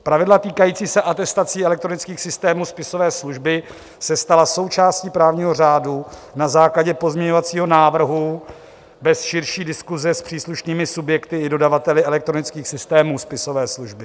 Pravidla týkající se atestací elektronických systémů spisové služby se stala součástí právního řádu na základě pozměňovacího návrhu bez širší diskuse s příslušnými subjekty i dodavateli elektronických systémů spisové služby.